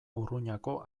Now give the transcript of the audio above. urruñako